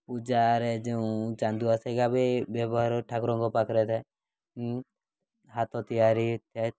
ପୂଜାରେ ଯେଉଁ ଚାନ୍ଦୁଆ ସେଇଟା ବି ବ୍ୟବହାର ଠାକୁରଙ୍କ ପାଖରେ ଥାଏ ହାତ ତିଆରି ହୋଇଥାଏ